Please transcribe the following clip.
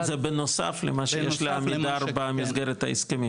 --- זה בנוסף למה שיש לעמידר במסגרת ההסכמים.